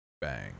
bang